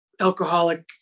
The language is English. alcoholic